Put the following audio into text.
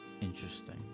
Interesting